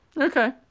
Okay